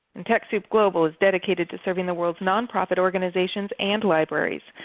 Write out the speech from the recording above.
and techsoup global is dedicated to serving the world's nonprofit organizations and libraries.